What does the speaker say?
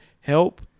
help